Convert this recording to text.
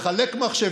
כשבחרנו לחלק מחשבים,